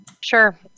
Sure